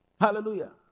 Hallelujah